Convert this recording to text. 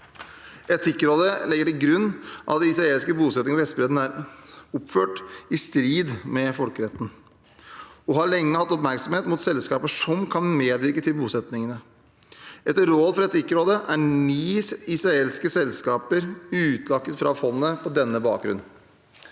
Etikkrådet legger til grunn at israelske bosettinger på Vestbredden er oppført i strid med folkeretten, og har lenge hatt oppmerksomhet mot selskaper som kan medvirke til bosettingene. Etter råd fra Etikkrådet er ni israelske selskaper utelukket fra fondet på denne bakgrunn.